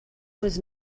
was